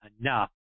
enough